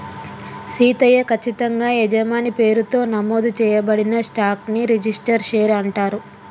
సీతయ్య, కచ్చితంగా యజమాని పేరుతో నమోదు చేయబడిన స్టాక్ ని రిజిస్టరు షేర్ అంటారు